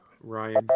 Ryan